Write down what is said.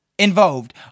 Involved